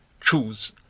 choose